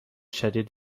شدید